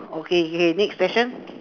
okay okay next question